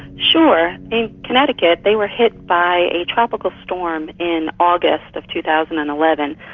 sure. in connecticut they were hit by a tropical storm in august of two thousand and eleven,